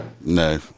No